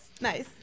Nice